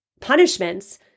punishments